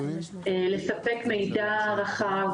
לספק מידע רחב.